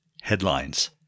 Headlines